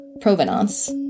provenance